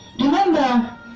remember